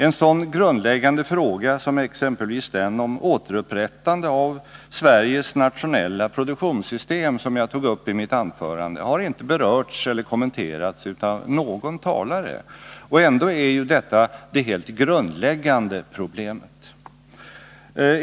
En sådan grundläggande fråga som exempelvis den om återupprättande av Sveriges nationella produktionssystem, som jag tog upp i mitt anförande, har inte berörts eller kommenterats av någon talare. Ändå är detta det helt grundläggande problemet.